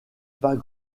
pas